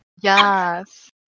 yes